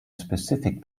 specific